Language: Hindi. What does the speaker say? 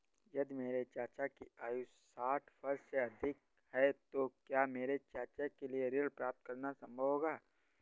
यदि मेरे चाचा की आयु साठ वर्ष से अधिक है तो क्या मेरे चाचा के लिए ऋण प्राप्त करना संभव होगा?